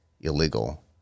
illegal